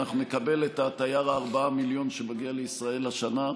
אנחנו נקבל את התייר ה-4 מיליון שמגיע לישראל השנה.